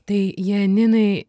tai janinai